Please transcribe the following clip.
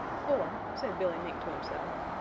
for, said billy mink to himself,